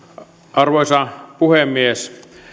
arvoisa puhemies